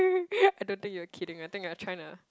I don't think you're kidding I think you're trying to